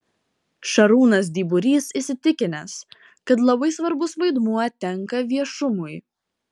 šarūnas dyburys įsitikinęs kad labai svarbus vaidmuo tenka viešumui